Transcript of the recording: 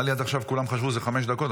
נראה לי עד עכשיו כולם חשבו שזה חמש דקות,